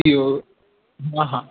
थी वियो हा हा